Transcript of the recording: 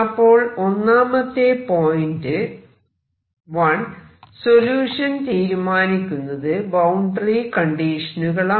അപ്പോൾ ഒന്നാമത്തെ point solution തീരുമാനിക്കുന്നത് ബൌണ്ടറി കണ്ടീഷനുകളാണ്